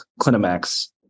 Clinimax